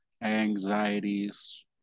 anxieties